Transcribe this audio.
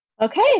Okay